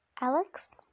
Alex